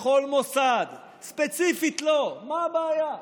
לכל מוסד, ספציפית לו, מה הבעיה?